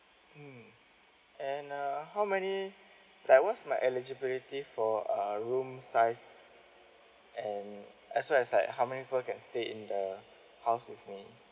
mm and uh how many like what's my eligibility for uh room size and as well as like how many people can stay in the house with me